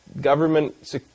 government